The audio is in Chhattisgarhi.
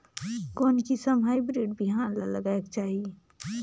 कोन किसम हाईब्रिड बिहान ला लगायेक चाही?